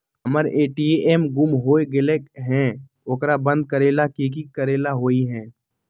हमर ए.टी.एम गुम हो गेलक ह ओकरा बंद करेला कि कि करेला होई है?